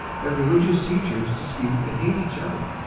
that religious teachers dispute and hate each other,